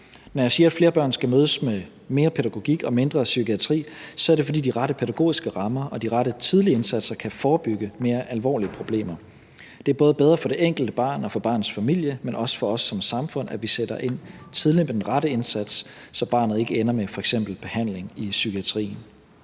Når jeg siger, at flere børn skal mødes med mere pædagogik og mindre psykiatri, så er det, fordi de rette pædagogiske rammer og de rette tidlige indsatser kan forebygge mere alvorlige problemer. Det er både bedre for det enkelte barn og for barnets familie, men også for os som samfund, at vi sætter ind tidligt med den rette indsats, så barnet ikke ender med f.eks. behandling i psykiatrien.